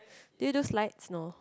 did you do slides no